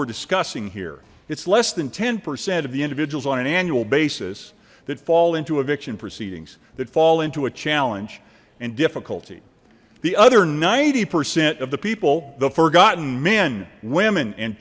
we're discussing here it's less than ten percent of the individuals on an annual basis that fall into eviction proceedings that fall into a challenge and difficulty the other ninety percent of the people the forgotten men women and